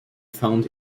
found